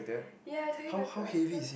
ya twenty poeple !huh!